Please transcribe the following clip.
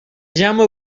jaume